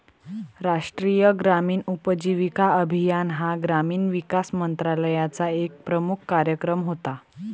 राष्ट्रीय ग्रामीण उपजीविका अभियान हा ग्रामीण विकास मंत्रालयाचा एक प्रमुख कार्यक्रम होता